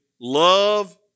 love